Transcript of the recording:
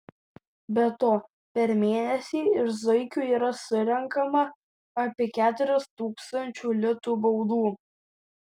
be to per mėnesį iš zuikių yra surenkama apie keturis tūkstančių litų baudų